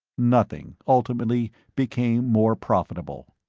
nothing, ultimately, became more profitable.